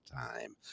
time